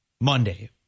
Monday